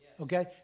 Okay